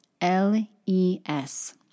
L-E-S